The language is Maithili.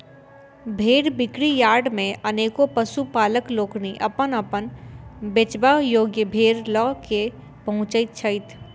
भेंड़ बिक्री यार्ड मे अनेको पशुपालक लोकनि अपन अपन बेचबा योग्य भेंड़ ल क पहुँचैत छथि